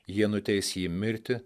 jie nuteis jį mirti